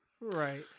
right